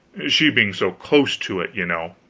she being so close to it, you know.